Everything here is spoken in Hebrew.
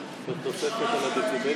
אתה לא מתבייש?